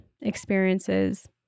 experiences